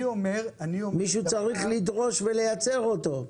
מישהו צריך לדרוש ולייצר אותו.